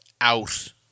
out